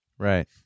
Right